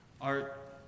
art